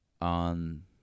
on